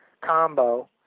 combo